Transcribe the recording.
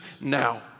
now